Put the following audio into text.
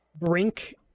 Brink